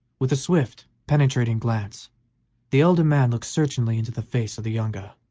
with a swift, penetrating glance the elder man looked searchingly into the face of the younger.